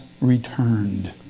returned